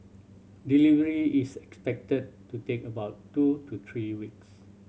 delivery is expected to take about two to three weeks